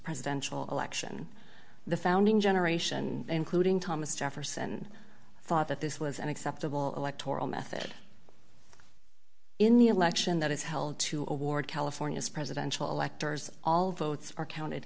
presidential election the founding generation including thomas jefferson thought that this was an acceptable electoral method in the election that is held to award california's presidential electors all votes are counted